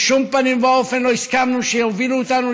בשום פנים ואופן לא הסכמנו שיובילו אותנו